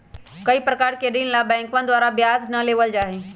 कई प्रकार के ऋण ला बैंकवन द्वारा ब्याज ना लेबल जाहई